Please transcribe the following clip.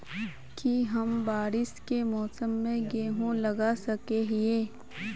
की हम बारिश के मौसम में गेंहू लगा सके हिए?